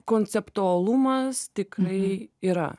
konceptualumas tikrai yra